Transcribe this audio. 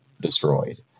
destroyed